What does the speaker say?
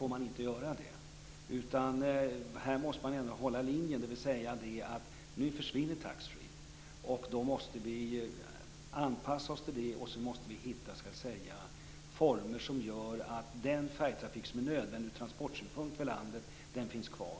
att man inte får göra det. Här måste man hålla en linje: Nu försvinner taxfreeförsäljningen, och då måste vi anpassa oss till det. Vi måste hitta former som gör att den färjetrafik som är nödvändig ur transportsynpunkt för landet finns kvar.